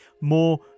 more